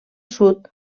sud